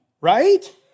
right